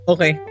Okay